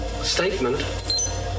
Statement